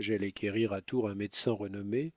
j'allai quérir à tours un médecin renommé